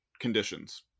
conditions